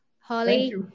Holly